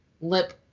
lip